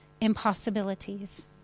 impossibilities